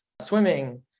swimming